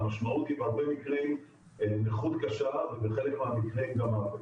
המשמעות היא בהרבה מקרים היא נכות קשה ובחלק מהמקרים גם מוות.